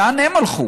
לאן הם הלכו?